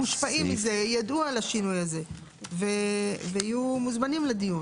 שמושפעים מזה ידעו על השינוי הזה ויהיו מוזמנים לדיון.